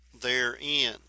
therein